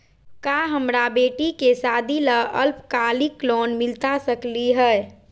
का हमरा बेटी के सादी ला अल्पकालिक लोन मिलता सकली हई?